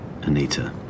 Anita